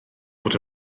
fod